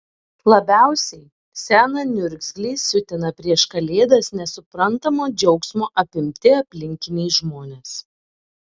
labiausiai seną niurzglį siutina prieš kalėdas nesuprantamo džiaugsmo apimti aplinkiniai žmonės